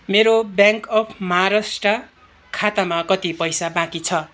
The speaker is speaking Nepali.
मेरो ब्याङ्क अफ महाराष्ट्र खातामा कति पैसा बाँकी छ